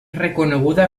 reconeguda